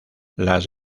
las